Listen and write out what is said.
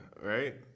right